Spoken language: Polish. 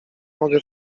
mogę